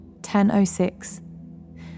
10.06